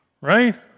Right